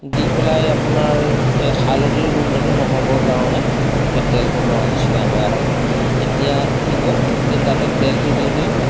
দি পেলাই আপোনাৰ এই হালধিৰ গোন্ধটো নহ'বৰ কাৰণে এই তেলটো মৰা নিচিনা হয় আৰু এতিয়া কি হয় সেই তাতে তেলটো দিওঁতেই